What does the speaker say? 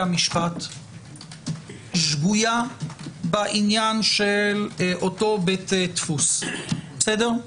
המשפט שגויה בעניין של אותו בית דפוס או